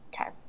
Okay